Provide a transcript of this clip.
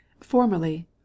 Formerly